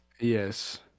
yes